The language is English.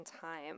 time